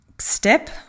step